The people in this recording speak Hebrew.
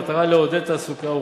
במטרה לעודד תעסוקה,